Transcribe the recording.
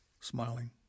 smiling